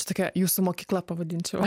čia tokia jūsų mokykla pavadinčiau